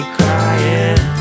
crying